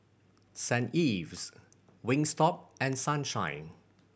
Saint Ives Wingstop and Sunshine